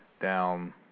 down